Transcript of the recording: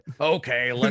okay